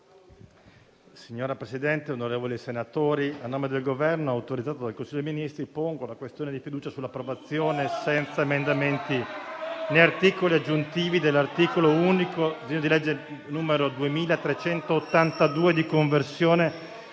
Signor Presidente, onorevoli senatori, a nome del Governo, autorizzato dal Consiglio dei ministri, pongo la questione di fiducia sull'approvazione, senza emendamenti né articoli aggiuntivi, dell'articolo unico del disegno di legge n. 2382, di conversione